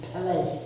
place